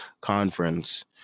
conference